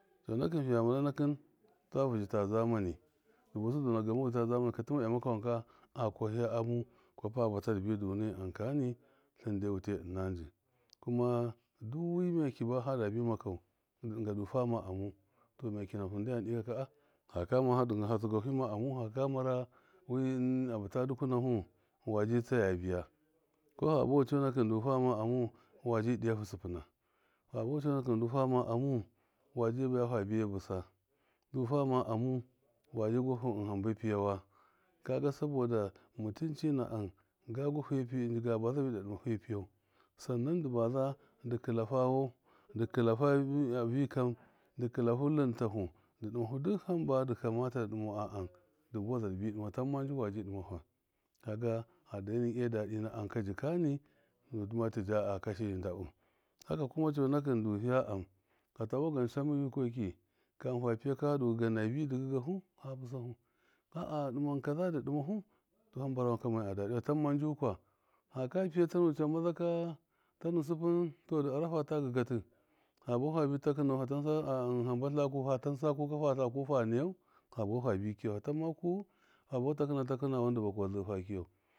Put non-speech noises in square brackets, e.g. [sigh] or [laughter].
Cɔnakɨ faya marawi ta vushi ta zamani [unintelligible] tima lya makasu wanka a kwaniya. Amu kwafa aba ta dibi danayi am kani tlin dai wutai ina ji duwi mafyaki ba fa makɔu tɔ makyaki hahu ndiyam dikɔ [hesitation] haka dɔna fa makyaki fima amu samara wi abuta tirahu a waji tsaya bɨya kɔfa unwahu cɔnaki fadu fama amu waji diyahu sɨfwa ha buwa cɔnakɨ fana amu wasi bayafa bɨ bahusa ndu fama ama waji kwanu hamba fiyawa kaga sabɔda mutuncina am ga gwafe fiyai gabaza dadimahu hamba fiyau sinnan ndi vaza ndi khɨla ga wan di khɨlafa ⱱii, v-ⱱikon ndi khṫlaha tlin tahu duk hamba ndi kamɔtɔu a am divkwa dibi demau tumma ji waji damafa kaga a dare ina dadina am jikani kɔkuma tijaa a kasha adabu kaga kuma cɔnakɨ tinu fa bakwai yikwa ki kɔmun fa fiyaka agigahu fa busahu a dimaɔ kaza ndi dimahu hama rawanka a dadiyu fatan maji kwa haka fiya camaza ka tana sɨ funtɔ ndi arafa ta ngṫgat habuwuhu fahṫ takanɔu fatansa haba haku fatansa kuka fatla kufa nayau fabuha fabi kiyau fatinmakau fabafa bii kakana fa kisayi.